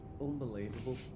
Unbelievable